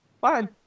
fine